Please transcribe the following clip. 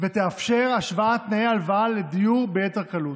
ותאפשר השוואת תנאי הלוואה לדיור ביתר קלות.